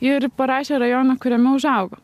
ir parašė rajoną kuriame užaugo